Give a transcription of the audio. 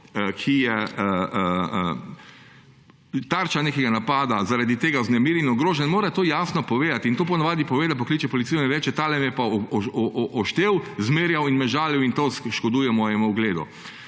ki je tarča nekega napada, zaradi tega vznemirjen in ogrožen, mora to jasno povedati. In to ponavadi pove tako, da pokliče policijo in reče – tale me je pa oštel, zmerjal in me žalil in to škoduje mojemu ugledu.